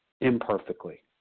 imperfectly